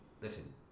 listen